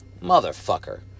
motherfucker